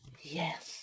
Yes